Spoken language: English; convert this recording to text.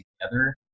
together